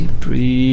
breathe